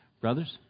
Brothers